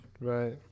right